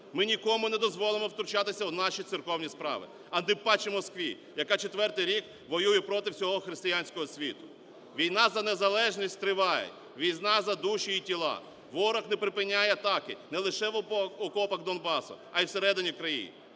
Ми нікому не дозволимо втручатися в наші церковні справи, а тим паче Москві, яка четвертий рік воює проти всього християнського світу. Війна за незалежність триває, війна за душі і тіла, ворог не припиняє атаки не лише в окопах Донбасу, а й всередині країни.